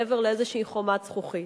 מעבר לאיזושהי חומת זכוכית.